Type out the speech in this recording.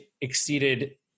exceeded